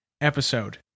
episode